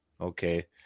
okay